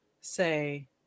say